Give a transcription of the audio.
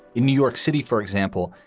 in new york city, for example,